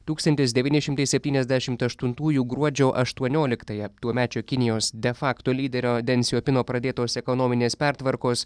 tūkstantis devyni šimtai septyniasdešimt aštuntųjų gruodžio aštuonioliktąją tuomečio kinijos de fakto lyderio den cijopino pradėtos ekonominės pertvarkos